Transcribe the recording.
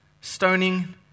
stoning